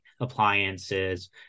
appliances